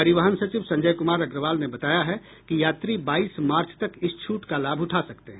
परिवहन सचिव संजय कुमार अग्रवाल ने बताया है कि यात्री बाईस मार्च तक इस छूट का लाभ उठा सकते हैं